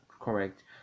correct